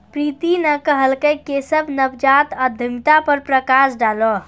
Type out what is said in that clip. प्रीति न कहलकै केशव नवजात उद्यमिता पर प्रकाश डालौ